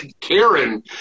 Karen